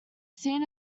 seen